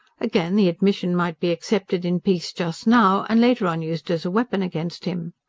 again, the admission might be accepted in peace just now, and later on used as a weapon against him.